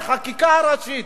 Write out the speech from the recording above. בחקיקה ראשית,